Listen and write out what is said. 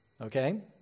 okay